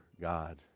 God